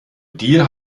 dir